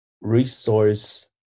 resource